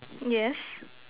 yes